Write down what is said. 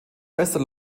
bester